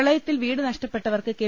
പ്രളയത്തിൽ വീട് നഷ്ടപ്പെട്ടവർക്ക് കെ